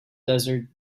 desert